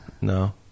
No